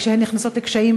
כשהן נכנסות לקשיים,